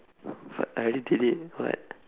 but I already did it what